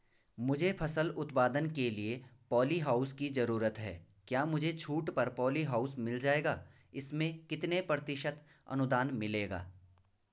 मुझे फसल उत्पादन के लिए प ॉलीहाउस की जरूरत है क्या मुझे छूट पर पॉलीहाउस मिल जाएगा इसमें कितने प्रतिशत अनुदान मिलेगा?